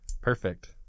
Perfect